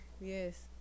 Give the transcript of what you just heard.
Yes